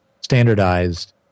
standardized